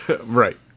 Right